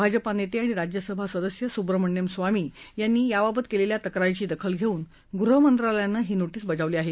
भाजपा नेते आणि राज्यसभा सदस्य सुब्रमण्यन स्वामी यांनी याबाबत केलेल्या तक्रारीची दखल घेऊन गृहमंत्रालयानं ही नोटीस बजावली आहे